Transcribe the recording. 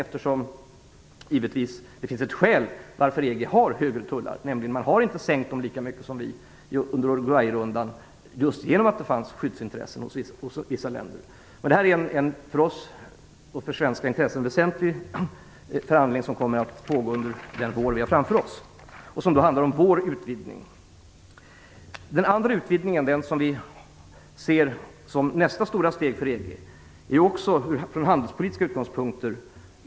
Det finns givetvis ett skäl till att EG har högre tullar. Man har inte sänkt dem lika mycket som vi under Uruguayrundan eftersom det fanns skyddsintressen hos vissa länder. Detta är en för oss och för svenska intressen väsentlig förhandling som kommer att pågå under våren. Det kommer att handla om vår utvidgning. En annan utvidgning, som vi ser som nästa stora steg för EG, är också mycket väsentlig ur handelspolitiska utgångspunkter.